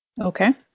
Okay